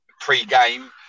pre-game